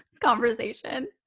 conversation